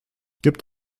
gibt